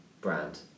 brand